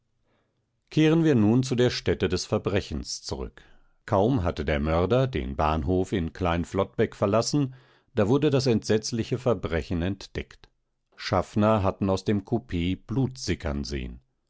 kehren wir nun zu der stätte des verbrechens zurück kaum hatte der mörder den bahnhof in klein flottbeck verlassen da wurde das entsetzliche verbrechen entdeckt schaffner hatten aus dem kupee blut sickern sehen